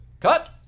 cut